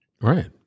Right